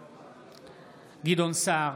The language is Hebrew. בעד גדעון סער,